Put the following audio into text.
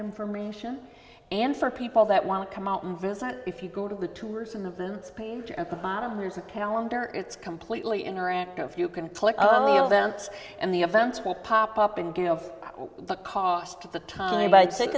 information and for people that want to come out and visit if you go to the tours in the page at the bottom here's a calendar it's completely interactive you can click on the events and the events will pop up and give of the cost at the time b